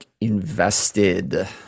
invested